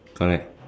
correct